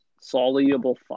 soluble